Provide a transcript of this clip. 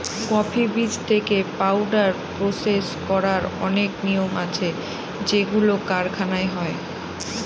coffee বীজ থেকে powder process করার অনেক নিয়ম আছে যেগুলো কারখানায় হয়